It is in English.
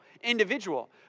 individual